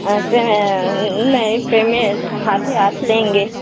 ऐसे हैं नहीं पेमेंट हाथे हाथ लेंगे